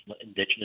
indigenous